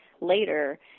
later